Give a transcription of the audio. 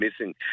missing